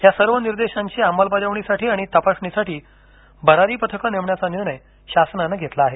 या सर्व निर्देशांची अंमलबजावणीसाठी आणि तपासणीसाठी भरारी पथके नेमण्याचा निर्णय शासनाने घेतला आहे